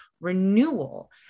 Renewal